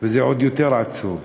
וזה עוד יותר עצוב.